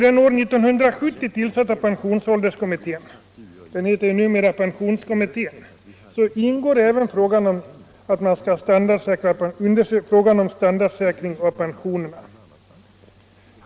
Den år 1970 tillsatta pensionsålderskommittén, som numera heter pensionskommittén, utreder även frågan om standardsäkring av pensionerna.